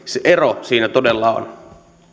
ero siinä todella on